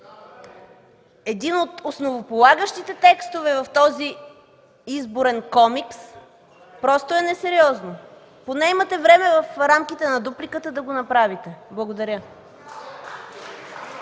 един от основополагащите текстове в този Изборен комикс, просто е несериозно. Поне имате време в рамките на дупликата да го направите. Благодаря.